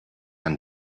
and